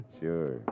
Sure